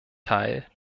teil